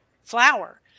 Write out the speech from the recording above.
flour